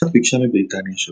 צרפת ביקשה מבריטניה,